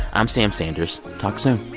i'm sam sanders. talk soon